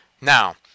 Now